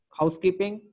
housekeeping